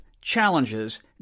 challenges